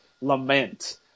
lament